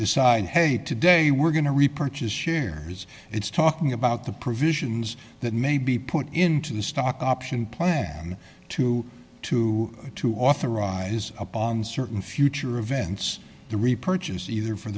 decide hey today we're going to repurchase shares it's talking about the provisions that may be put into the stock option plan to two to authorize up on certain future events the repurchase either for